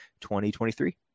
2023